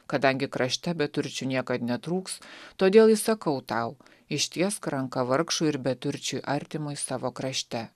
kadangi krašte beturčių niekad netrūks todėl įsakau tau ištiesk ranką vargšui ir beturčiui artimui savo krašte